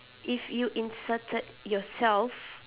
if you inserted yourself